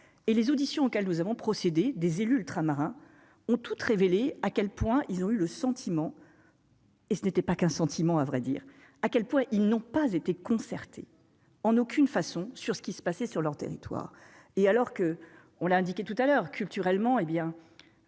et les auditions auxquelles nous avons procédé des élus ultramarins ont toutes révélé à quel point ils ont eu le sentiment, et ce n'était pas qu'un sentiment, à vrai dire à quel pourrait, ils n'ont pas été concertés en aucune façon sur ce qui se passait sur leur territoire et alors que, on l'a indiqué tout à l'heure, culturellement, hé bien,